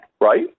right